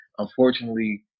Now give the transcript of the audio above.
unfortunately